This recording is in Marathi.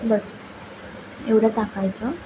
बसं एवढं टाकायचं